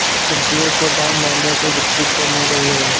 सब्जियों के दाम बढ़ने से बिक्री कम हो गयी है